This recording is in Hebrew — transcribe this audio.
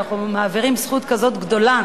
כשאנחנו מעבירים זכות כזאת גדולה,